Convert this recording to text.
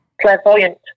clairvoyant